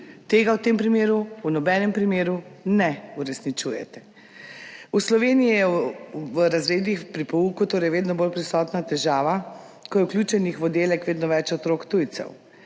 tega v tem primeru nikakor ne uresničujete. V Sloveniji je v razredih, pri pouku torej, vedno bolj prisotna težava, ko je vključenih v oddelek vedno več otrok tujcev.